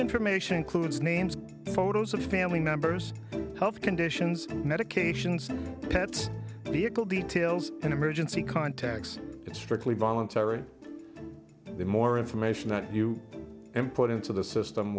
information includes names photos of family members health conditions medications and pets vehicle details and emergency contacts it's strictly voluntary the more information that you and put into the system